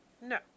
no